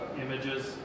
images